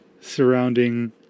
surrounding